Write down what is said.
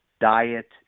diet